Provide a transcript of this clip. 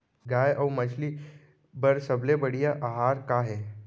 गाय अऊ मछली बर सबले बढ़िया आहार का हे?